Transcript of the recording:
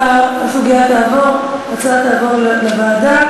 ההצעה תעבור לוועדה.